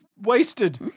wasted